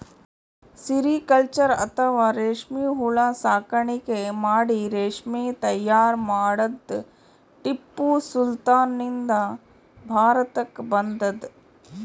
sericulture ಅಥವಾ ರೇಶ್ಮಿ ಹುಳ ಸಾಕಾಣಿಕೆ ಮಾಡಿ ರೇಶ್ಮಿ ತೈಯಾರ್ ಮಾಡದ್ದ್ ಟಿಪ್ಪು ಸುಲ್ತಾನ್ ನಿಂದ್ ಭಾರತಕ್ಕ್ ಬಂದದ್